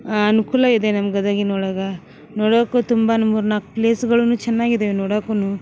ಅನುಕೂಲ ಇದೆ ನಮ್ಮ ಗದಗಿನೊಳಗ ನೋಡೋಕು ತುಂಬಾನ ಮೂರು ನಾಲ್ಕು ಪ್ಲೇಸ್ಗಳುನು ಚೆನ್ನಾಗಿದವೆ ನೋಡೋಕುನು